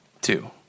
Two